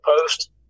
post